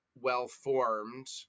well-formed